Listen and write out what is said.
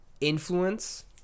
Influence